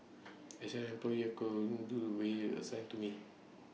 as an employee I could only do we assigned to me